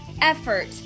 effort